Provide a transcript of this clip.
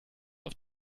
auf